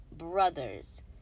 brothers